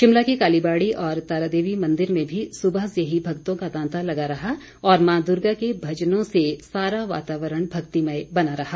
शिमला के कालीबाड़ी और तारादेवी मंदिर में भी सुबह से ही भक्तों का तांता लगा रहा और मां दुर्गा के भजनों से सारा वातावरण भक्तिमय बना रहा